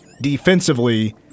defensively